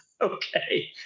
okay